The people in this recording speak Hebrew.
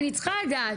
אני צריכה לדעת